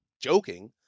joking